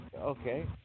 Okay